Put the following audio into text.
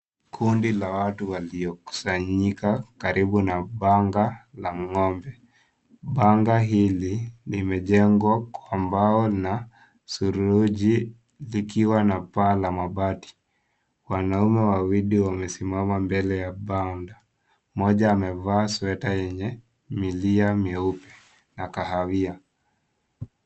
Kundi la watu waliokusanyika karibu na banga la ngombe , banga hili limejengwa kwa mbao na suruji likiwa na paa la mabati wanaume wawili wamesimama mbele ya banda mmoja amevaa sweater yenye milia myeupe na kahawia.